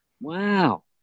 Wow